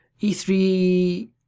E3